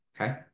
okay